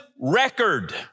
record